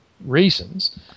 reasons